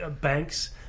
banks